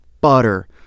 butter